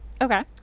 Okay